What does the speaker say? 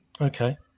Okay